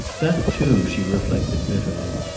that, too, she reflected bitterly!